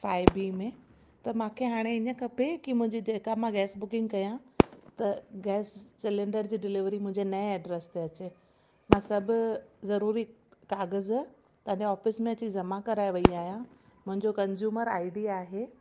फाय बी में त मांखे हाणे हीअं खपे कि मुंहिंजी जेका मां गैस बुकिंग कया त गैस सिलैंडर जी डिलेवरी मुंहिंजे नएं एड्रेस ते अचे मां सभु ज़रूरी काग़ज़ तव्हांजे ऑफ़िस में अची जमा कराए वेई आहियां मुंहिंजो कंज्यूमर आई डी आहे